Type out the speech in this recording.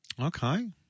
Okay